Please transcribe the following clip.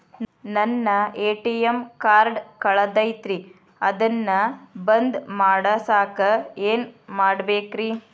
ನನ್ನ ATM card ಕಳದೈತ್ರಿ ಅದನ್ನ ಬಂದ್ ಮಾಡಸಾಕ್ ಏನ್ ಮಾಡ್ಬೇಕ್ರಿ?